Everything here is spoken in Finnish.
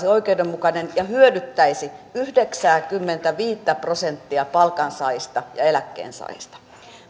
oikeudenmukainen ja hyödyttäisi yhdeksääkymmentäviittä prosenttia palkansaajista ja eläkkeensaajista